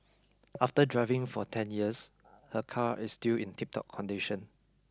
after driving for ten years her car is still in tiptop condition